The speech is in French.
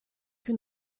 que